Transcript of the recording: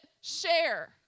share